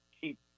keep